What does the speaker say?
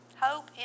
Hope